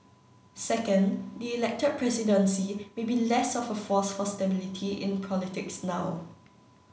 second the elected presidency may be less of a force for stability in politics now